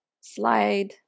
slide